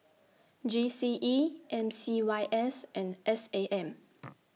G C E M C Y S and S A M